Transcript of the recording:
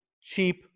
cheap